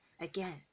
again